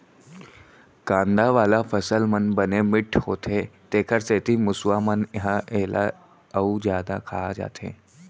कांदा वाला फसल मन बने मिठ्ठ होथे तेखर सेती मूसवा मन ह एला अउ जादा खा जाथे